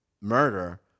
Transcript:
murder